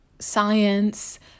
science